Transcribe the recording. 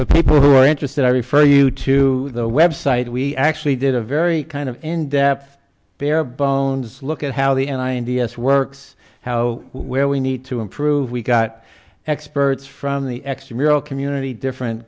the people who are interested i refer you to the web site we actually did a very kind of in depth barebones look at how the end i n t s works how where we need to improve we got experts from the extramural community different